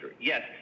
Yes